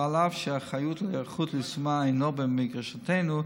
ואף שהאחריות להיערכות וליישום אינה במגרשנו,